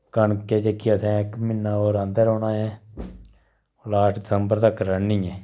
कनक ऐ जेह्की असैं इक म्हीना ओह् राह्ंदे रौह्ना ऐ लास्ट दसम्बर तक्कर रढ़नी ऐ